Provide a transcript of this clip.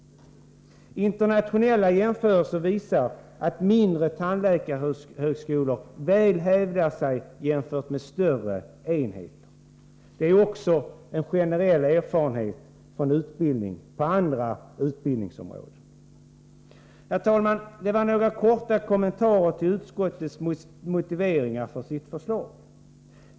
Internationella jämförelser visar att mindre tandläkarhögskolor väl hävdar sig jämfört med större enheter. Det är också en generell erfarenhet från utbildning på andra utbildningsområden. Herr talman! Det var några korta kommentarer till utskottets motivering för sitt förslag.